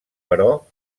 però